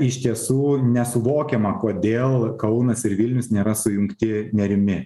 iš tiesų nesuvokiama kodėl kaunas ir vilnius nėra sujungti nerimi